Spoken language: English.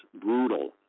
brutal